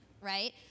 right